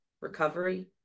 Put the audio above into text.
recovery